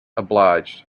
obliged